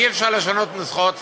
אי-אפשר לשנות נוסחאות תפילה,